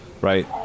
right